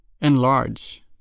Enlarge